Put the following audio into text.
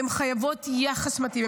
הן חייבות יחס מתאים.